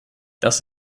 das